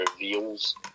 reveals